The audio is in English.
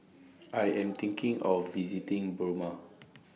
I Am thinking of visiting Burma